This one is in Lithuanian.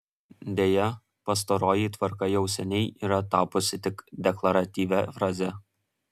deja pastaroji tvarka jau seniai yra tapusi tik deklaratyvia fraze